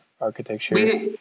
architecture